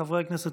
חברי הכנסת,